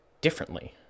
differently